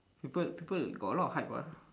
people people got a lot of hype ah